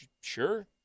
Sure